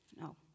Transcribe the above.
no